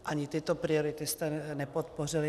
Ani tyto priority jste nepodpořili.